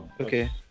Okay